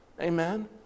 Amen